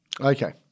Okay